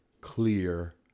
clear